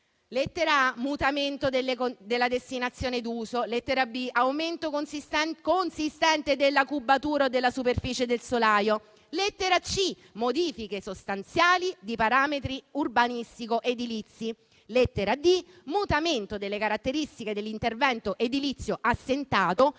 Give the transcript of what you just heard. Lettera *a)*, mutamento della destinazione d'uso; lettera *b)*, aumento consistente della cubatura della superficie del solaio; lettera *c)*, modifiche sostanziali di parametri urbanistico edilizi; lettera *d)*, mutamento delle caratteristiche dell'intervento edilizio assentito;